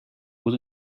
bod